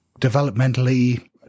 developmentally